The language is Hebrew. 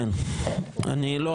לא,